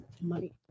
money